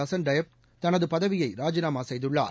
Hassan Diab தனது பதவியை ராஜினாமா செய்துள்ளார்